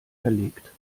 verlegt